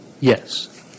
Yes